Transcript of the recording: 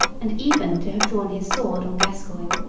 and even to have drawn his sword on gascoigne,